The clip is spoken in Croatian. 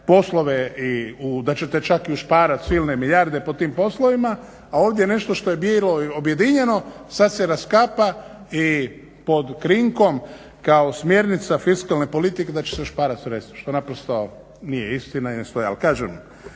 poslove i u, da ćete čak i ušparati silne milijarde po tim poslovima a ovdje nešto što je bilo objedinjeno sada se raskapa i pod krinkom kao smjernica fiskalne politike da će se ušparati sredstva što naprosto nije istina i ne stoji.